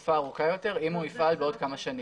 התקופה הארוכה יותר אם הוא יפעל בעוד כמה שנים.